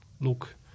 look